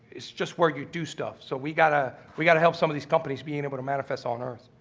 it's just where you do stuff. so we got a, we've got to help some of these companies, being able to manifest on earth.